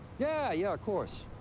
yeah, yeah, of course.